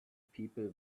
people